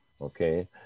okay